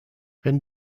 wenn